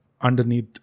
underneath